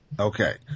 Okay